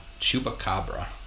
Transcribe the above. Chupacabra